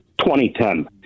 2010